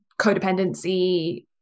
codependency